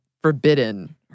forbidden